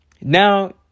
Now